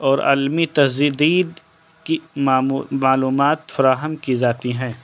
اور عالمی تجدید کی معلومات فراہم کی جاتی ہیں